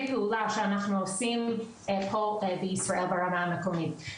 פעולה שאנחנו עושים פה בישראל ברמה המקומית.